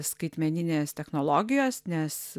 skaitmeninės technologijos nes